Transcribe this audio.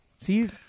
See